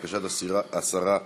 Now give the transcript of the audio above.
לבקשת השרה,